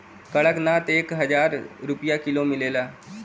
कड़कनाथ एक हजार रुपिया किलो मिलेला